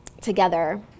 together